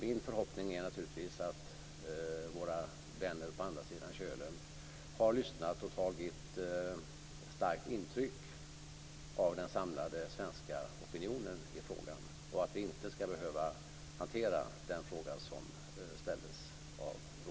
Min förhoppning är naturligtvis att våra vänner på andra sidan Kölen har lyssnat och tagit starkt intryck av den samlade svenska opinionen i frågan och att vi inte skall behöva hantera den fråga som ställdes av